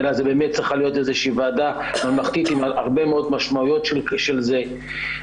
אלא צריכה להיות ועדה ממלכתית עם הרבה משמעויות של זה.